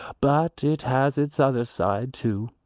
but it has its other side, too.